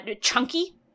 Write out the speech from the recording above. chunky